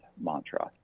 mantra